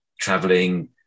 traveling